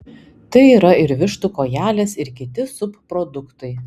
tai yra ir vištų kojelės ir kiti subproduktai